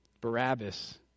Barabbas